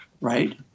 right